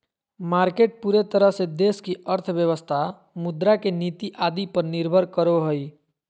market पूरे तरह से देश की अर्थव्यवस्था मुद्रा के नीति आदि पर निर्भर करो हइ